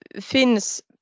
Finn's